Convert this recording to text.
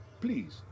Please